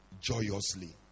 joyously